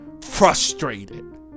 frustrated